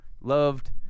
loved